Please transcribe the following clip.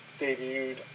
debuted